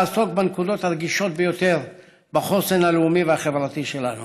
לעסוק בנקודות הרגישות ביותר בחוסן הלאומי והחברתי שלנו.